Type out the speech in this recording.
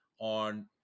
on